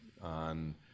on